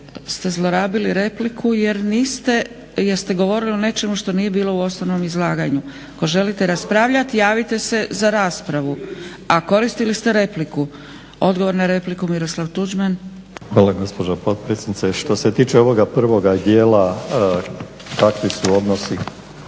Hvala gospođo potpredsjednice. Što se tiče ovoga prvoga dijela kakvi su odnosi,